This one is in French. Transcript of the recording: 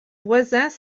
voisins